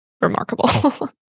remarkable